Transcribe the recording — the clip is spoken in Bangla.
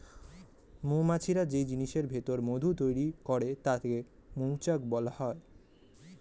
মৌমাছিরা যেই জিনিসের ভিতর মধু তৈরি করে তাকে মৌচাক বলে